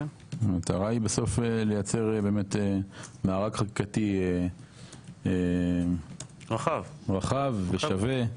המטרה היא בסוף לייצר באמת מארג חקיקתי רחב ושווה.